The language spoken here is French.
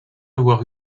avoir